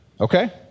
Okay